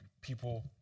people